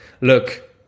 look